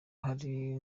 hari